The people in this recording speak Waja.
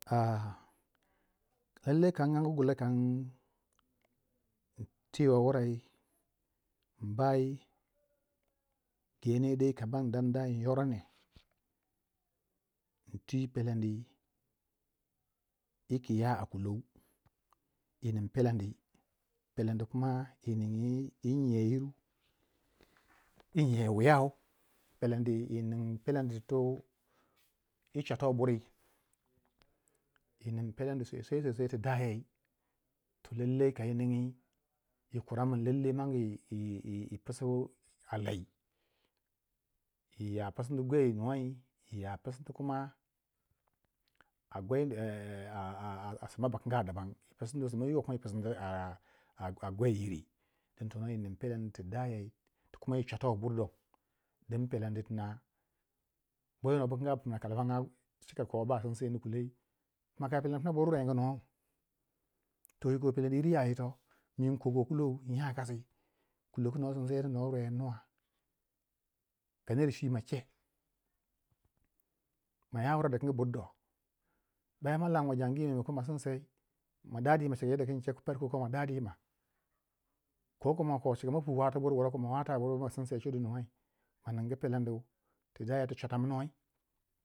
ha lallai kan ang gulai kan tiwe wurai mbai genyedei indandai inyoronga intwi pelendi yi kiya a kulou yi ning peleni, peleni kuma yi ning yi nye yiru yi nyiya wuyau, pelendi i ning pelendi tu yi chwato buri yi ning peleni sosai sosai ti dayai tu lallai kai ningi yi kurani min lallai yi pisu a lai, yi ya pisinu a gwei nuwai, iya pisini kuma a sma bu kanga daban, yi pisu sma yirwa kuma a gwei yiri, yi ning peleni ti dayai, tu kuma yi chwato bur dong, ding peleni tina boyi no bu kinga yaka, kalamanga cika ko basinseni kulou pma ka peleni pna bur rwengu nuwau, to yiko peleni yiri ya yito, minko ko kulou inya kasi, kulo kuno sindiseni no rweni nuwa, ka ner chwi ma ce, maya wure di kingi burdo bayan malanwe jangi maimako ma sinsei ma dadima cika yadda kun cegu parko ma da dima ko kuma ko ma pu watugu buruw a wura ko ma wata bama sinse a cudu nuwei ma ningu pelendi tu dayau tu chwatamnoi